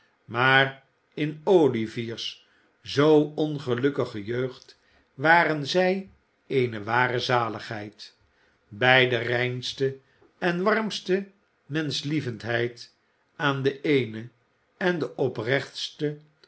maar in olivier's zoo ongelukkige jeugd waren zij eene ware zaligheid bij de reinste en warmste menschlievendheid aan de eene en de oprechtste